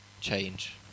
change